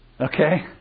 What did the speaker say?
Okay